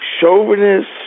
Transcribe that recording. chauvinist